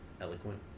eloquent